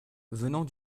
venant